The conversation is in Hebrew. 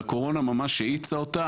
והקורונה ממש האיצה אותה,